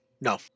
No